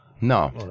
No